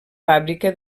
fàbrica